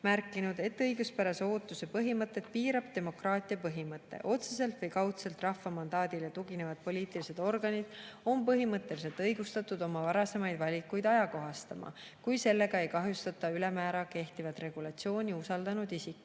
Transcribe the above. märkinud: "Õiguspärase ootuse põhimõtet piirab demokraatia põhimõte. Otseselt või kaudselt rahva mandaadile tuginevad poliitilised organid on põhimõtteliselt õigustatud oma varasemaid valikuid ajakohastama, kui sellega ei kahjustata ülemäära kehtivat regulatsiooni usaldanud isikuid."